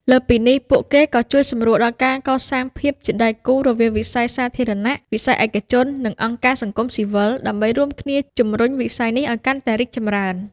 លើសពីនេះ ពួកគេក៏ជួយសម្រួលដល់ការកសាងភាពជាដៃគូរវាងវិស័យសាធារណៈ វិស័យឯកជន និងអង្គការសង្គមស៊ីវិល ដើម្បីរួមគ្នាជំរុញវិស័យនេះឱ្យកាន់តែរីកចម្រើន។